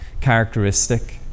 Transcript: characteristic